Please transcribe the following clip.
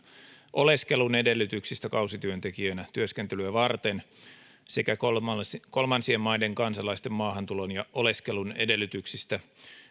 oleskelun edellytyksistä kausityöntekijöinä työskentelyä varten sekä kolmansien maiden kansalaisten maahantulon ja oleskelun edellytyksistä